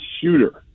shooter